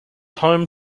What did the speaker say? home